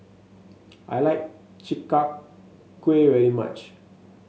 I like Chi Kak Kuih very much